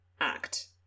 act